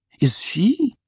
is she?